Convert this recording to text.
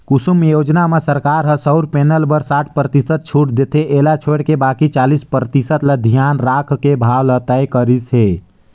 कुसुम योजना म सरकार ह सउर पेनल बर साठ परतिसत छूट देथे एला छोयड़ बाकि चालीस परतिसत ल धियान राखके भाव ल तय करिस हे